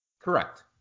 Correct